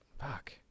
fuck